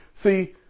See